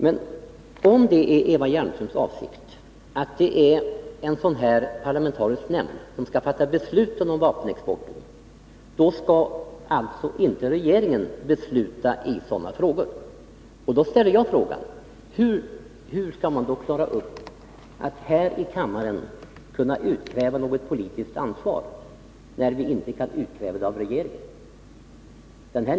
Men om det är Eva Hjelmströms uppfattning att det är en sådan här parlamentarisk nämnd som skall fatta beslut om vapenexporten, då skall alltså inte regeringen besluta i dessa ärenden, och jag ställer frågan: Hur skall vi här i kammaren kunna utkräva något politiskt ansvar, när vi inte kan utkräva det av regeringen?